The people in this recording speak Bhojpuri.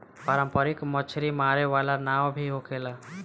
पारंपरिक मछरी मारे वाला नाव भी होखेला